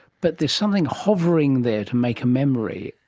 but there's something hovering there to make a memory,